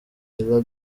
ella